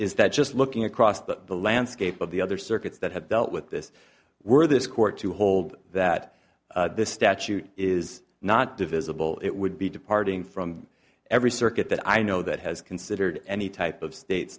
is that just looking across the landscape of the other circuits that have dealt with this were this court to hold that this statute is not divisible it would be departing from every circuit that i know that has considered any type of state